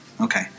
okay